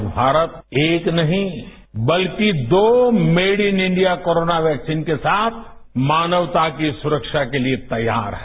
आज भारत एक नहीं बल्कि दो made in India corona vaccine के साथ मानवता की सुरक्षा के लिए तैयार है